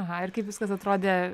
aha ir kaip viskas atrodė